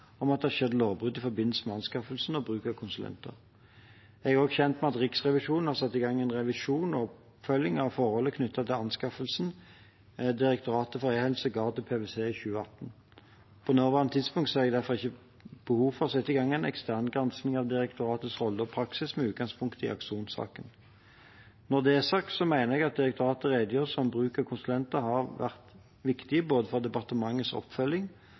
om at det har skjedd lovbrudd i forbindelse med anskaffelsen og bruk av konsulenter. Jeg er også kjent med at Riksrevisjonen har satt i gang en revisjon og oppfølging av forholdene knyttet til den anskaffelsen Direktoratet for e-helse ga til PwC i 2018. På nåværende tidspunkt ser jeg derfor ikke behov for å sette i gang en ekstern gransking av direktoratets roller og praksis med utgangspunkt i Akson-saken. Når det er sagt, så mener jeg at direktoratets redegjørelse om bruk av konsulenter har vært viktig, både for departementets oppfølging